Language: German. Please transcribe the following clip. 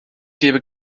gebe